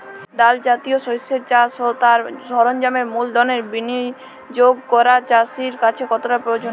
ডাল জাতীয় শস্যের চাষ ও তার সরঞ্জামের মূলধনের বিনিয়োগ করা চাষীর কাছে কতটা প্রয়োজনীয়?